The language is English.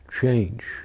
change